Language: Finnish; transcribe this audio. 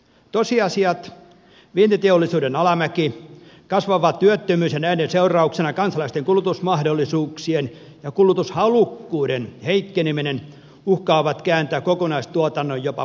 tosiasiat vientiteollisuuden alamäki kasvava työttömyys ja näiden seurauksena kansalaisten kulutusmahdollisuuksien ja kulutushalukkuuden heikkeneminen uhkaavat kääntää kokonaistuotannon jopa pakkasen puolelle